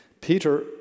Peter